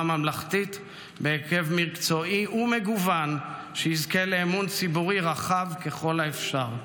ממלכתית בהרכב מקצועי ומגוון שיזכה לאמון ציבורי רחב ככל האפשר.